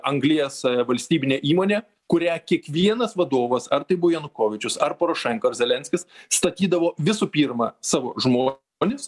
anglies valstybinė įmonė kurią kiekvienas vadovas ar tai buvo janukovyčius ar porošenka ar zelenskis statydavo visų pirma savo žmones